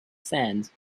sands